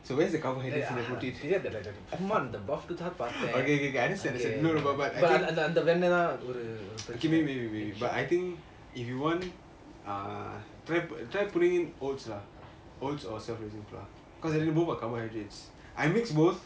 தெரியாதுடா இந்த சும்மா:teriyathuda intha summa buff dudes பாத்தான் அங்க அந்த வெண்ண தான்:paathan anga antha venna thaan